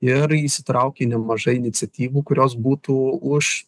ir įsitraukė į nemažai iniciatyvų kurios būtų už